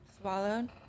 swallowed